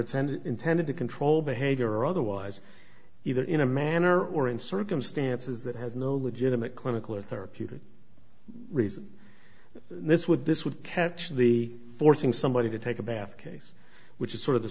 and intended to control behavior or otherwise either in a manner or in circumstances that has no legitimate clinical or therapeutic reason this would this would catch the forcing somebody to take a bath case which is sort of the